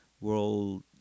World